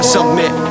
submit